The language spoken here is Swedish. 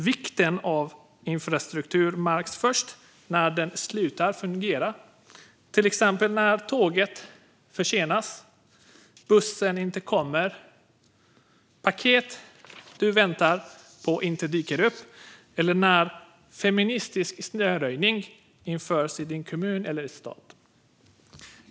Vikten av infrastruktur märks först när den slutar fungera, till exempel när tåget är försenat, när bussen inte kommer, när paket du väntar på inte dyker upp eller när feministisk snöröjning införs i din kommun eller stad.